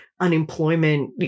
unemployment